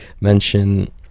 mention